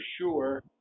sure